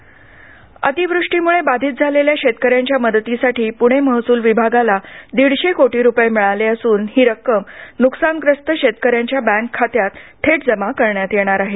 शेतकरी अतिवृष्टीमुळं बाधित झालेल्या शेतकऱ्यांच्या मदतीसाठी पुणे महसूल विभागाला दीडशे कोटी रुपये मिळाले असून ही रक्कम नुकसानग्रस्त शेतकऱ्यांच्या बँक खात्यात थेट जमा करण्यात येणार आहे